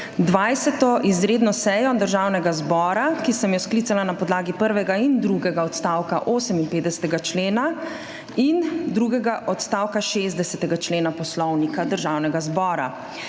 20. izredno sejo Državnega zbora, ki sem jo sklicala na podlagi prvega in drugega odstavka 58. člena in drugega odstavka 60. člena Poslovnika Državnega zbora.